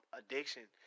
addiction